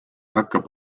hakkab